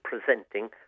presenting